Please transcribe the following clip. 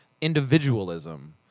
individualism